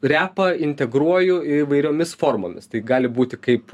repą integruoju įvairiomis formomis tai gali būti kaip